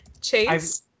Chase